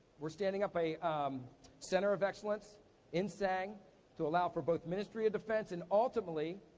we're standing up a center of excellence in sang to allow for both ministry of defense, and ultimately,